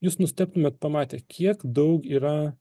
jūs nustebtumėt pamatę kiek daug yra